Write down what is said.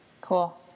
Cool